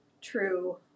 true